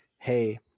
Hey